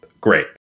Great